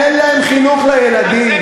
אין להם חינוך לילדים,